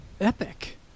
Epic